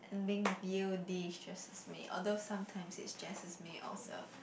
and being with you destresses me although sometimes it stresses me also